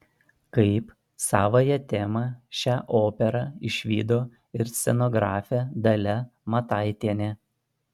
kaip savąją temą šią operą išvydo ir scenografė dalia mataitienė